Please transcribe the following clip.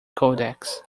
codex